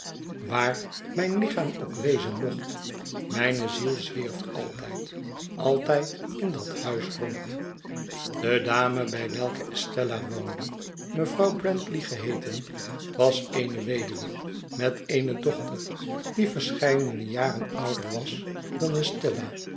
waar mijn lichaam ook wezen mocht mijne ziel zwierf altijd altijd r dat huisrond de dame bij welke estella woonde mevrouw brandley geheeten was eene weduwe met eene dochter die verscheidene jaren ouder was dan estella